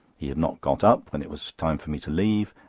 he had not got up when it was time for me to leave,